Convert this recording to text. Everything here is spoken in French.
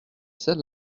celle